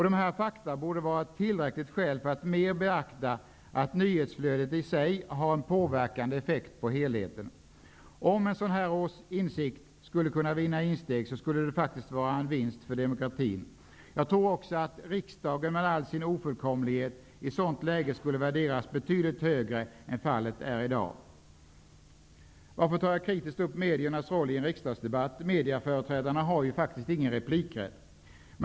Dessa fakta borde vara ett tillräckligt skäl för att mer beakta att nyhetsflödet i sig har en påverkande effekt på helheten. Om en sådan insikt skulle vinna insteg skulle det faktiskt vara en vinst för demokratin. Jag tror också att riksdagen i all sin ofullkomlighet i ett sådant läge skulle värderas betydligt högre än i dag. Varför tar jag i en riksdagsdebatt kritiskt upp mediernas roll? Medieföreträdarna har ju faktiskt ingen replikrätt.